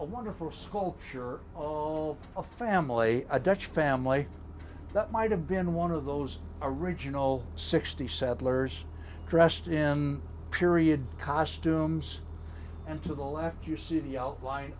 a wonderful school sure of a family a dutch family that might have been one of those original sixty settlers dressed in period costumes and to the left you see the outline